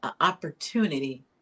opportunity